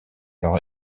leur